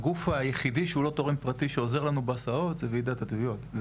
הגוף היחידי שהוא לא תורם פרטי שעוזר לנו בהסעות זו וועידת התביעות,